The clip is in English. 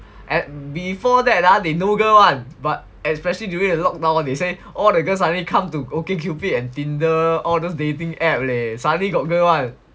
and before that they no girl [one] but especially during the lockdown they say all the girl suddenly come to OkCupid and tinder all those dating app leh suddenly got girl [one]